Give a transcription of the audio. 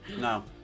no